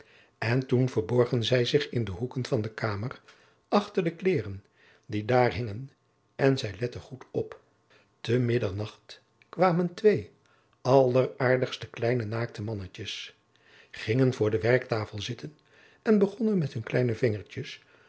en toen verborgen zij zich in de hoeken van de kamer achter de kleeren die daar hingen en zij letten goed op te middernacht kwamen twee alleraardigste kleine naakte mannetjes gingen voor de werktafel zitten en begonnen met hun kleine vingertjes